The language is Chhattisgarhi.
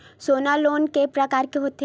सोना लोन के प्रकार के होथे?